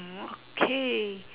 mm okay